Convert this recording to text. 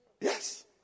Yes